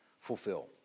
fulfill